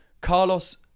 Carlos